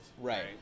right